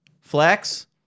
flex